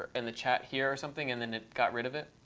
in the chat here or something, and then it got rid of it.